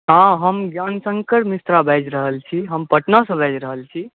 हँ हम ज्ञानशङ्कर मिश्रा बाजि रहल छी हम पटनासँ बाजि रहल छी